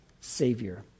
Savior